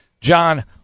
John